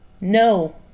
No